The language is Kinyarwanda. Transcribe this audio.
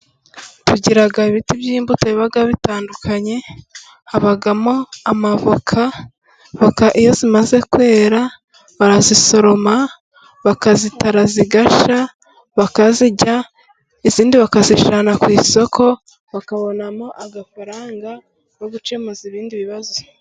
Tugira ibiti by'imbuto biba bitandukanye habamo amavoka, voka iyo zimaze kwera barazisoroma bakazitara zigashya, bakazirya izindi bakazijyana ku isoko bakabonamo amafaranga yo gukemuza ibindi bibazo.